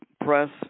press